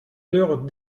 l’heure